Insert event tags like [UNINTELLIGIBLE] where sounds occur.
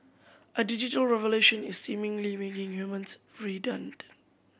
a digital revolution is seemingly making humans [UNINTELLIGIBLE]